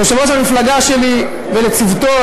ליושב-ראש המפלגה שלי ולצוותו,